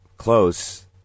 close